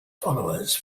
followers